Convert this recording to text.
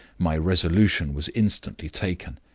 my resolution was instantly taken.